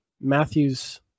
Matthews